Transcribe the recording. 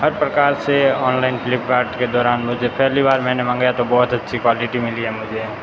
हर प्रकार से online Flipkart के दौरान मुझे पहली बार मैंने मंगाया तो बहुत अच्छी क्वालिटी मिली है मुझे